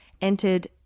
entered